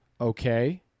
okay